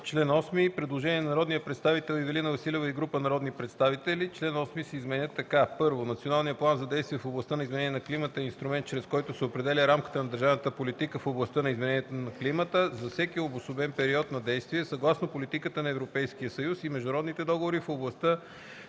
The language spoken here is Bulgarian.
Предложение на народния представител Ивелина Василева и група народни представители: Чл. 8 се изменя така: „(1) Националният план за действие в областта на изменение на климата е инструмент, чрез който се определя рамката на държавната политика в областта на изменение на климата за всеки обособен период на действие съгласно политиката на Европейския съюз (ЕС) и международните договори в областта